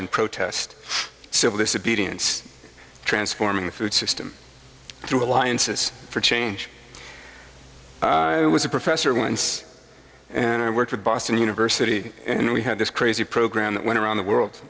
and protest civil disobedience transforming the food system through alliances for change it was a professor once and i worked with boston university and we had this crazy program that went around the world